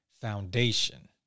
foundation